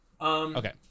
Okay